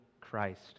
Christ